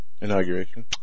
Inauguration